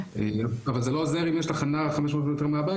אבל זה לא עוזר אם יש תחנה 500 מטר מהבית